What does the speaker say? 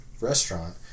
restaurant